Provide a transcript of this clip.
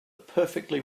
perfectly